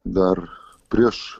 dar prieš